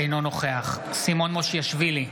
אינו נוכח סימון מושיאשוילי,